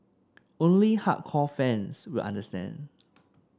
only hardcore fans will understand